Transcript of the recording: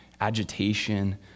agitation